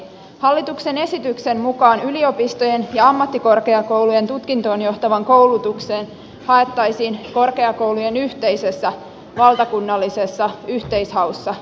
hallituksen esityksen mukaan yliopistojen ja ammattikorkeakoulujen tutkintoon johtavaan koulutukseen haettaisiin korkeakoulujen yhteisessä valtakunnallisessa yhteishaussa